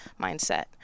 mindset